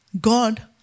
God